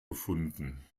gefunden